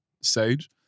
Sage